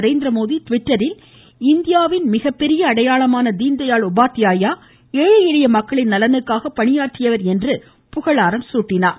நரேந்திரமோடி டிவிட்டரில் இந்தியாவின் மிகப்பெரிய அடையாளமான தீன்தயாள் உபாத்யாயா ஏழை எளிய மக்களின் நலனுக்கான பணியாற்றியவர் என்று கூறியுள்ளார்